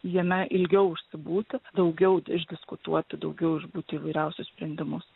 jame ilgiau užsibūti daugiau išdiskutuoti daugiau išbūti įvairiausius sprendimus